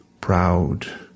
Proud